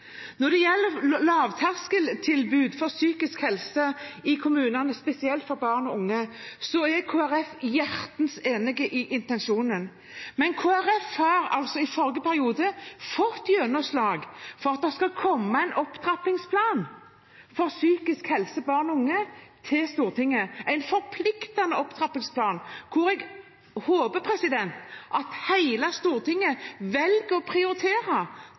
Når det gjelder lavterskeltilbud innenfor psykisk helse i kommunene, spesielt for barn og unge, er Kristelig Folkeparti hjertens enig i intensjonen. Men Kristelig Folkeparti fikk altså i forrige periode gjennomslag for at det skal komme en opptrappingsplan for psykisk helse for barn og unge til Stortinget, en forpliktende opptrappingsplan, og jeg håper at hele Stortinget velger å prioritere